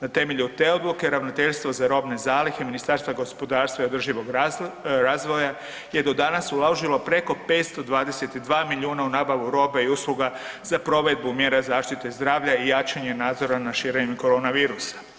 Na temelju te odluke Ravnateljstvo za robne zalihe Ministarstva gospodarstva i održivoga razvoja je do danas uložilo preko 522 milijuna u nabavu robe i usluga za provedbu mjera zaštite zdravlja i jačanje nadzora na širenju koronavirusa.